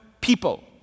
people